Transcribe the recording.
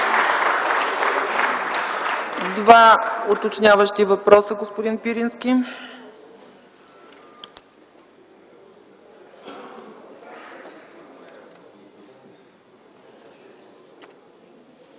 Два уточняващи въпроса, господин Пирински.